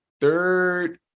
third